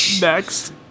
Next